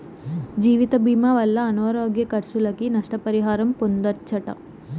జీవితభీమా వల్ల అనారోగ్య కర్సులకి, నష్ట పరిహారం పొందచ్చట